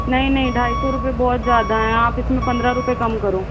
नहीं नहीं ढाई सौ रुपए बहुत ज़्यादा हैं आप इसमें पंद्रह रुपए कम करो